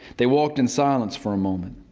they walked in silence for a moment.